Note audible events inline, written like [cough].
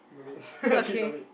no need [laughs] actually no need